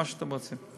מה שאתם רוצים.